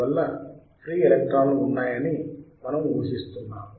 అందువల్ల ఫ్రీ ఎలక్ట్రాన్లు ఉన్నాయని మనము ఊహిస్తున్నాము